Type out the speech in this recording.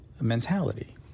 mentality